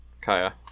Kaya